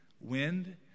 wind